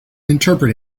interpret